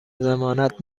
ضمانت